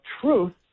truth